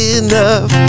enough